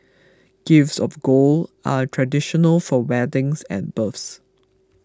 gifts of gold are traditional for weddings and births